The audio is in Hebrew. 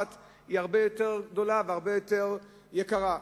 היא הרבה יותר גבוהה והרבה יותר יקרה.